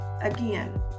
Again